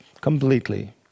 completely